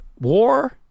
war